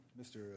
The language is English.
Mr